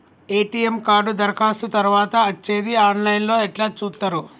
ATM card దరఖాస్తు తరువాత వచ్చేది ఆన్ లైన్ లో ఎట్ల చూత్తరు?